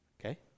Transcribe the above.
Okay